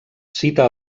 cita